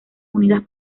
unidas